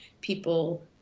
people